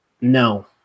no